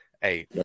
hey